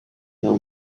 hill